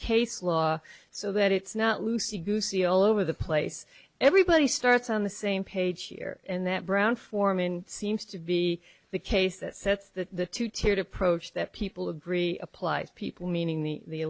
case law so that it's not lucy goosey all over the place everybody starts on the same page here and that brown foreman seems to be the case that sets the two tiered approach that people agree applies people meaning the